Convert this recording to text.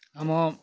ଆମ